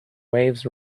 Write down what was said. waves